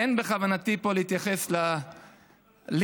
אין בכוונתי פה להתייחס ללינץ',